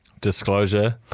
disclosure